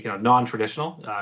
non-traditional